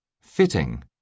Fitting